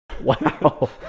Wow